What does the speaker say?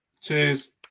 Cheers